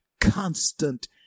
constant